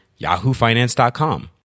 yahoofinance.com